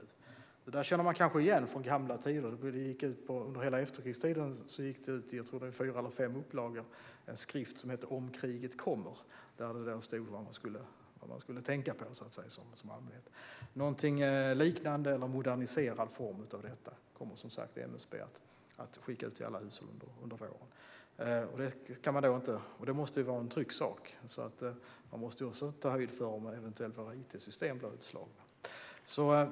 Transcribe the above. Det känner man kanske igen från gamla tider. Under hela efterkrigstiden gick det ut en skrift i fyra eller fem upplagor med rubriken Om kriget kommer där det stod vad man skulle tänka på. Någon liknande detta, men i mer moderniserad form, kommer MSB att skicka ut till alla hushåll under våren. Det måste vara en trycksak, för man måste också ta höjd för att våra it-system kan bli utslagna.